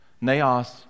naos